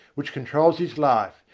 which controls his life,